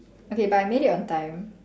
okay but I made it on time